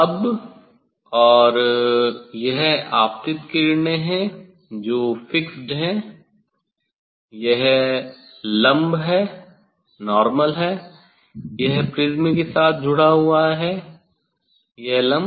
अब और यह आपतित किरणें है जो फिक्स्ड हैं यह लम्ब है यह प्रिज्म के साथ जुड़ा हुआ है यह लम्ब